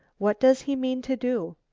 what does he mean to do?